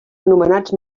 anomenats